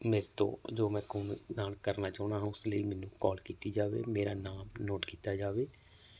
ਮੇਰੇ ਤੋਂ ਜੋ ਮੈਂ ਖੂਨਦਾਨ ਕਰਨਾ ਚਾਹੁੰਦਾ ਉਸ ਲਈ ਮੈਨੂੰ ਕੌਲ ਕੀਤੀ ਜਾਵੇ ਮੇਰਾ ਨਾਮ ਨੋਟ ਕੀਤਾ ਜਾਵੇ